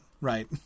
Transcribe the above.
right